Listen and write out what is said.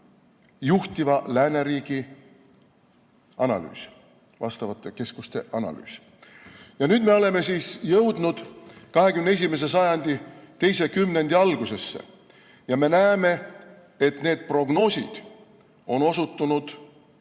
juhtiva lääneriigi analüüs, sealsete vastavate keskuste analüüs. Nüüd me oleme jõudnud 21. sajandi teise kümnendi algusesse ja me näeme, et need prognoosid on osutunud